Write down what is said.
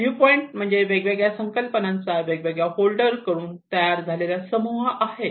तर view point म्हणजे वेगवेगळ्या संकल्पनांचा वेगवेगळ्या होल्डर कडून तयार झालेला समूह आहे